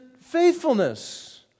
faithfulness